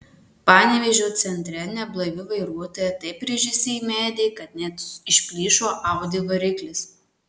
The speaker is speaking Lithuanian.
panevėžio centre neblaivi vairuotoja taip rėžėsi į medį kad net išplyšo audi variklis